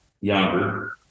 younger